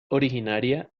originaria